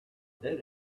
did